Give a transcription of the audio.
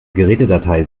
gerätedatei